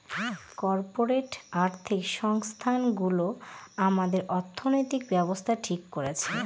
corporate আর্থিক সংস্থানগুলো আমাদের অর্থনৈতিক ব্যাবস্থা ঠিক করছে